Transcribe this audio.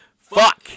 fuck